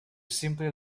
simply